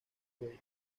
cuello